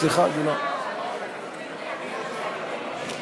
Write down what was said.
סליחה, גילאון.